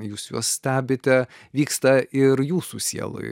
jūs juos stebite vyksta ir jūsų sieloj